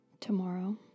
tomorrow